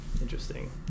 interesting